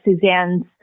Suzanne's